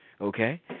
Okay